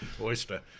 oyster